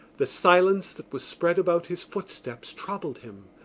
the silence that was spread about his footsteps troubled him,